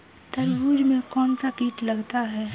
तरबूज में कौनसा कीट लगता है?